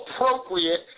appropriate